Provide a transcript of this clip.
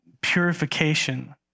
purification